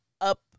up